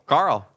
Carl